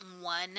one